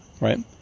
right